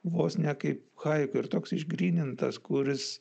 vos ne kaip haiku ir toks išgrynintas kuris